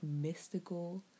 mystical